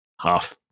half